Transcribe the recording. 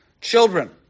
Children